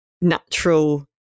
natural